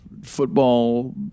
football